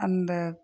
அந்த